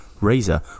razor